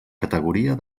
categoria